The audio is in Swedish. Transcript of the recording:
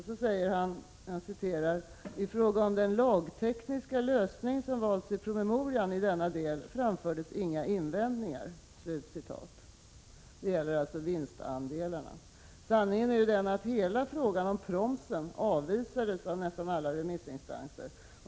Så säger ministern: ”I fråga om den lagtekniska lösning som valts i promemorian i denna del framfördes inga invändningar.” Detta gäller alltså vinstandelarna. Sanningen är den att hela frågan om promsen avvisades av nästan alla remissinstanser.